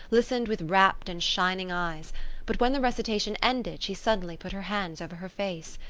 listened with rapt and shining eyes but when the recitation ended she suddenly put her hands over her face.